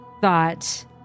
thought